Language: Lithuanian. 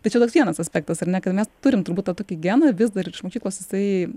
tai čia toks vienas aspektas ar ne kad mes turim turbūt tą tokį geną vis dar iš mokyklos jisai